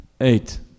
eight